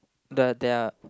the there're